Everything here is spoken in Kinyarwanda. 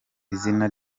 izina